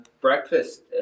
breakfast